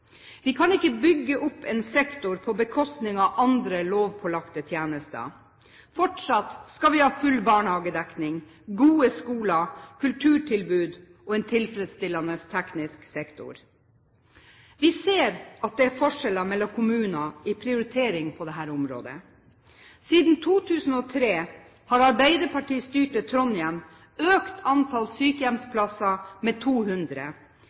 Vi kan ikke bygge opp en sektor på bekostning av andre lovpålagte tjenester. Fortsatt skal vi ha full barnehagedekning, gode skoler, kulturtilbud og en tilfredsstillende teknisk sektor. Vi ser at det er forskjeller mellom kommunene i prioritering på dette området. Siden 2003 har arbeiderpartistyrte Trondheim økt antall sykehjemsplasser med 200,